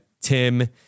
Tim